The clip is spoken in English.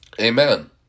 amen